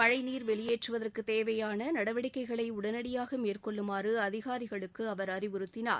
மழை நீர் வெளியேற்றுவதற்கு தேவையான நடவடிக்கைகளை உடனடியாக மேற்கொள்ளுமாறு அதிகாரிகளுக்கு அவர் அறிவுறுத்தினார்